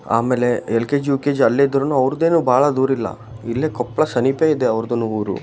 ಆಮೇಲೆ L K G U K G ಅಲ್ಲಿದ್ದರೂನು ಅವರದೇನು ಭಾಳ ದೂರಿಲ್ಲ ಇಲ್ಲೇ ಕೊಪ್ಪಳ ಸಮೀಪೇ ಇದೆ ಅವರದ್ದೂನು ಊರು